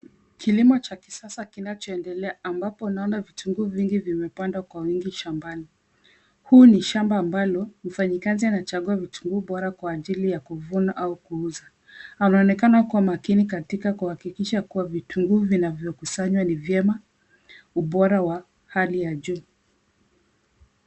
Kilimo cha kisasa kinachoendelea ambapo naona vitunguu vingi vimepandwa kwa wingi shambani. Huu ni shamba ambalo mfanyakazi anachambua vitunguu bora kwa ajili ya kuvuna au kuuza. Anaonekana kuwa makini katika kuhakikisha kuwa vitunguu vinavyokusanywa ni vyema, ubora wa hali ya juu.